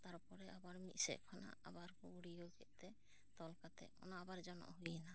ᱛᱟᱨᱯᱚᱨᱮ ᱟᱵᱟᱨ ᱢᱤᱫ ᱥᱮᱫ ᱠᱷᱚᱱᱟᱜ ᱟᱵᱟᱨ ᱜᱩᱲᱭᱟᱹᱣ ᱠᱟᱛᱮ ᱛᱚᱞ ᱠᱟᱛᱮ ᱚᱱᱟ ᱟᱵᱟᱨ ᱡᱚᱱᱚᱜ ᱦᱩᱭ ᱮᱱᱟ